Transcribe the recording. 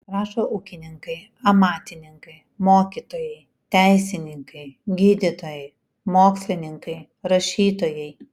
rašo ūkininkai amatininkai mokytojai teisininkai gydytojai mokslininkai rašytojai